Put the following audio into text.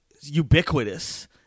ubiquitous